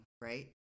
right